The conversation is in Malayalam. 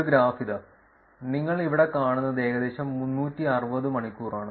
ഒരു ഗ്രാഫ് ഇതാ നിങ്ങൾ ഇവിടെ കാണുന്നത് ഏകദേശം 360 മണിക്കൂറാണ്